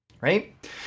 right